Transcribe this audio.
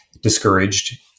discouraged